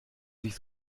sich